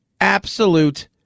Absolute